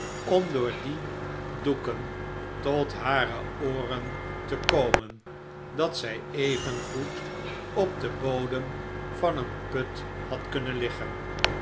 door die doeken tot hare ooren te komen dat zij evengoed op den bodem van een put had kunnen liggen